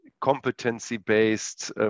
competency-based